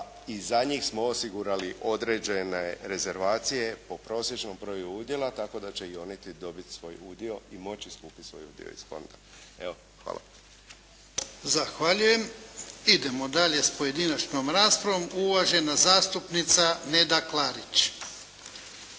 i za njih smo osigurali određene rezervacije po prosječnom broju udjela tako da će i oni dobiti svoj udio i moći skupiti svoj udio iz fonda. Hvala. **Jarnjak, Ivan (HDZ)** Zahvaljujem. Idemo dalje s pojedinačnom raspravom. Uvažena zastupnica Neda Klarić.